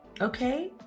Okay